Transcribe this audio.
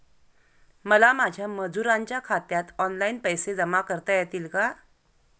मला माझ्या मजुरांच्या खात्यात ऑनलाइन पैसे जमा करता येतील का?